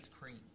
cream